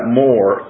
more